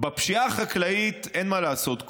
בפשיעה החקלאית אין מה לעשות,